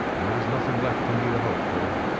there is nothing left for me to hope for,